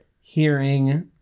hearing